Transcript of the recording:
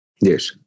Yes